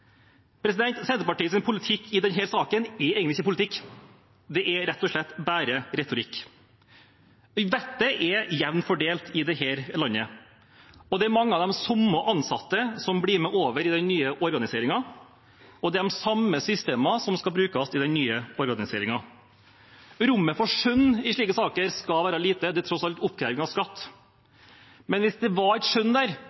politikk i denne saken er egentlig ikke politikk, det er rett og slett bare retorikk. Vettet er jevnt fordelt i dette landet, og det er mange av de samme ansatte som blir med over i den nye organiseringen, og det er de samme systemene som skal brukes i den nye organiseringen. Rommet for skjønn i slike saker skal være lite, det er tross alt oppkreving av